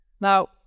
Now